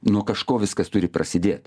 nuo kažko viskas turi prasidėt